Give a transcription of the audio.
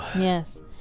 Yes